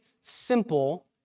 simple